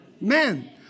men